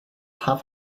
have